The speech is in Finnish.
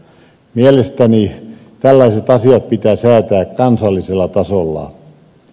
mielestäni tällaiset asiat pitää säätää kansallisella tasolla